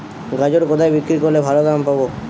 গাজর কোথায় বিক্রি করলে ভালো দাম পাব?